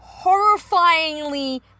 horrifyingly